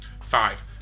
Five